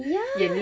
ya